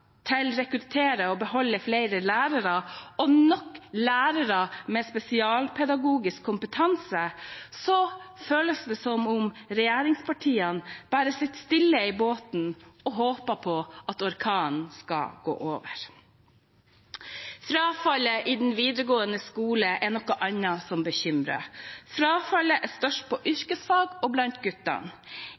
til å rekruttere og beholde flere lærere, og nok lærere med spesialpedagogisk kompetanse, føles det som om regjeringspartiene bare sitter stille i båten og håper på at orkanen skal gå over. Frafallet i den videregående skolen er noe annet som bekymrer. Frafallet er størst på yrkesfag og blant guttene.